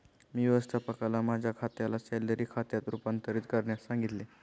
मी व्यवस्थापकाला माझ्या खात्याला सॅलरी खात्यात रूपांतरित करण्यास सांगितले